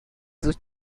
sus